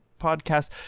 podcast